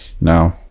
no